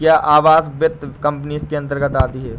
क्या आवास वित्त कंपनी इसके अन्तर्गत आती है?